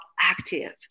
active